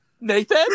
Nathan